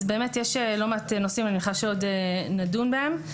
יש לא מעט נושאים ואני מניחה שעוד נדון בהם.